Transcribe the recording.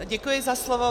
Děkuji za slovo.